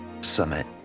summit